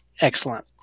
excellent